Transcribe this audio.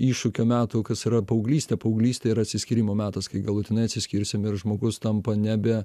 iššūkio metų kas yra paauglystė paauglystė yra atsiskyrimo metas kai galutinai atsiskirsim ir žmogus tampa nebe